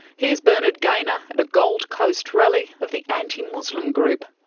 here's bernard gaynor at a gold coast rally of the anti-muslim group,